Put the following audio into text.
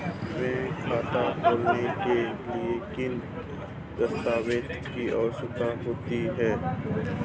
Bank खाता खोलने के लिए किन दस्तावेज़ों की आवश्यकता होती है?